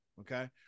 Okay